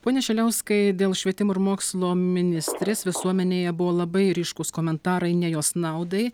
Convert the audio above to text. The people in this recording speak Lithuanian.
pone šiliauskai kai dėl švietimo ir mokslo ministrės visuomenėje buvo labai ryškūs komentarai ne jos naudai